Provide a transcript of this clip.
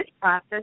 process